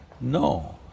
No